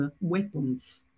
weapons